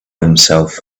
himself